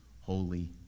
Holy